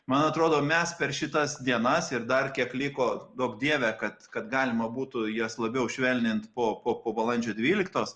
man atrodo mes per šitas dienas ir dar kiek liko duok dieve kad kad galima būtų jas labiau švelnint po po po balandžio dvyliktos